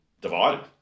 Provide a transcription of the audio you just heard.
divided